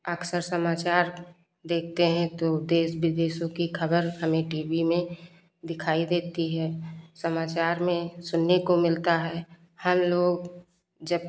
अक्सर समाचार देखते हैं तो देश विदेशों की खबर हमें टी वी में दिखाई देती है समाचार में सुनने को मिलता है हम लोग जब